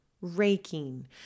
raking